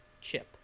Chip